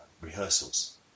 rehearsals